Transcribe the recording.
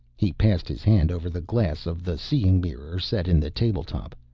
he passed his hand over the glass of the seeing mirror set in the table top.